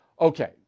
Okay